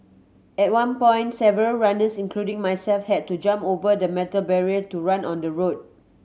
at one point several runners including myself had to jump over the metal barrier to run on the road